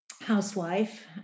housewife